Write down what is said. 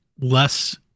less